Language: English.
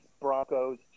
Broncos